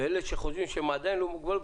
ואלה שחושבים שהם עדיין בלי מוגבלות,